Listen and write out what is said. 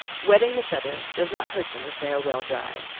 wetting the feathers does not hurt them if they are well dried.